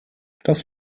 das